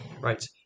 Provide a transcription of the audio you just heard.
right